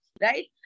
right